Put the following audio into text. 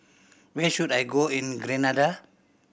where should I go in Grenada